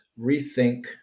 rethink